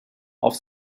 auf